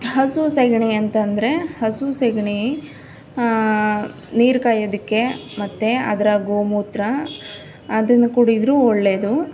ಹಸು ಸಗಣಿ ಅಂತ ಅಂದ್ರೆ ಹಸು ಸಗಣಿ ನೀರು ಕಾಯೋದಕ್ಕೆ ಮತ್ತು ಅದರ ಗೋಮೂತ್ರ ಅದನ್ನ ಕುಡಿದ್ರೂ ಒಳ್ಳೆಯದು